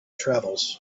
travels